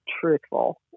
truthful